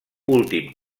últim